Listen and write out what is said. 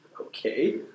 Okay